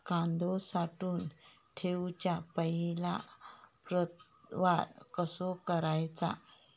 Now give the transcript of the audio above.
कांदो साठवून ठेवुच्या पहिला प्रतवार कसो करायचा?